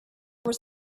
there